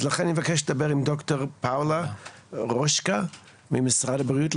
אז לכן אני מבקש לדבר עם ד"ר פאולה רושקה ממשרד הבריאות,